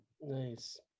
Nice